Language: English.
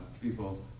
people